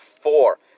four